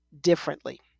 differently